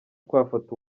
twafata